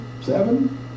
Seven